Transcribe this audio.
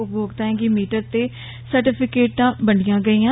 उपमोक्ताएं गी मीटर ते सर्टिफिकेट्स बंडियां गेइयां